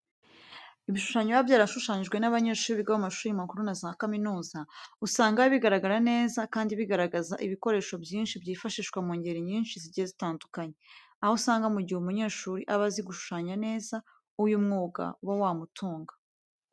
Ibishushanyo biba byarashushanyijwe n'abanyeshuri biga mu mashuri makuru na za kaminuza, usanga biba bigaragara neza kandi bigaragaza ibikoresho byinshi byifashishwa mu ngeri nyinshi zigiye zitandukanye. Aho usanga mu gihe umunyeshuri aba azi gushushanya neza, uyu mwuga uba wamutunga.